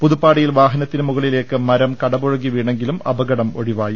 പുതുപ്പാടിയിൽ വാഹനത്തിനുമുകളിലേക്ക് മരം കടപുഴകിവീണെ ങ്കിലും അപകടം ഒഴിവായി